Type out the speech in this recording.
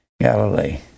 Galilee